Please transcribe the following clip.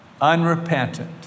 unrepentant